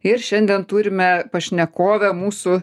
ir šiandien turime pašnekovę mūsų